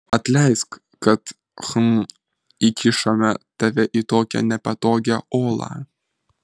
atleisk kad hm įkišome tave į tokią nepatogią olą